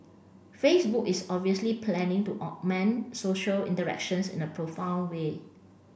Facebook is obviously planning to augment social interactions in a profound way